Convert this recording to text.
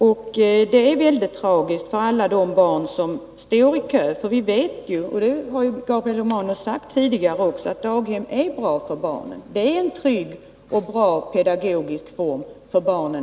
Det här är mycket tragiskt för alla barn som står i kö, eftersom vi vet — och det har ju också Gabriel Romanus sagt tidigare — att daghem är tryggt och pedagogiskt bra för barnen.